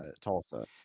Tulsa